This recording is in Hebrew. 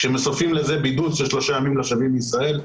כמצרפים לזה בידוד של שלושה ימים לשבים לישראל,